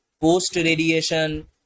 post-radiation